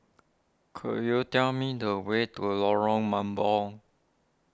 could you tell me the way to Lorong Mambong